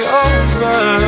over